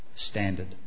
Standard